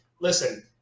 listen